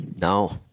No